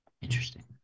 Interesting